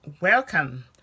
welcome